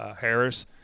Harris